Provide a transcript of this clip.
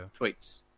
tweets